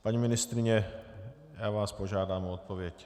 Paní ministryně, já vás požádám o odpověď.